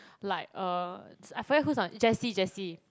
like uh I find who's on Jessie Jessie